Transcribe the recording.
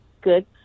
Good